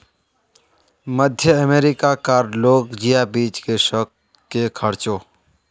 मध्य अमेरिका कार लोग जिया बीज के शौक से खार्चे